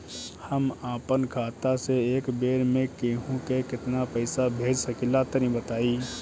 हम आपन खाता से एक बेर मे केंहू के केतना पईसा भेज सकिला तनि बताईं?